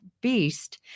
beast